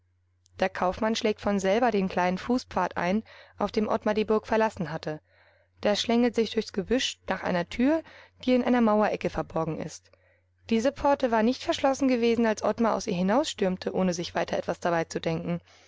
der kaufmann schlägt von selber den kleinen fußpfad ein auf dem ottmar die burg verlassen hatte der schlängelt sich durchs gebüsch nach einer tür die in einer mauerecke verborgen ist diese pforte war nicht verschlossen gewesen als ottmar aus ihr hinausstürmte ohne sich weiter etwas dabei zu denken